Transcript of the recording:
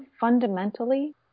fundamentally